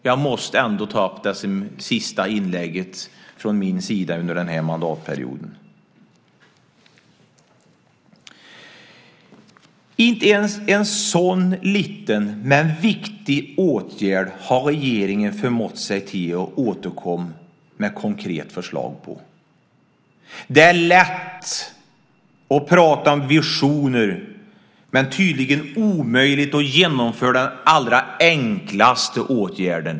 Jag måste ändå ta upp det i det sista inlägget från min sida under den här mandatperioden. Inte ens när det gäller en sådan liten men viktig åtgärd har regeringen förmått sig till att återkomma med konkreta förslag. Det är lätt att prata om visioner men tydligen omöjligt att genomföra den allra enklaste åtgärd.